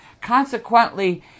Consequently